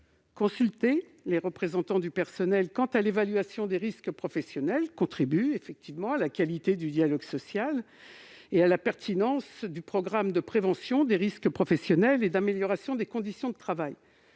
Consulter les représentants du personnel quant à l'évaluation des risques professionnels contribue effectivement à la qualité du dialogue social et à la pertinence du programme de prévention des risques professionnels et d'amélioration des conditions de travail.